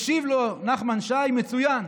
משיב לו נחמן שי: מצוין.